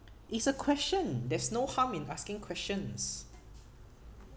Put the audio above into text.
it's a question there's no harm in asking questions